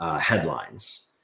headlines